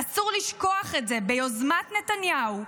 אסור לשכוח את זה: ביוזמת נתניהו,